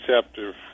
chapter